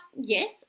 yes